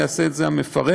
יעשה את זה המפרק,